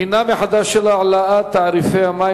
בחינה מחדש של העלאת תעריפי המים,